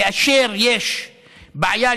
כאשר יש בעיה,